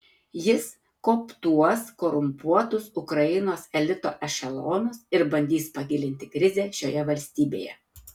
jis kooptuos korumpuotus ukrainos elito ešelonus ir bandys pagilinti krizę šioje valstybėje